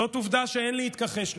זאת עובדה שאין להתכחש לה.